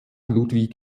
ludwig